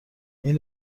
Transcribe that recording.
این